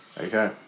Okay